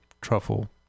truffle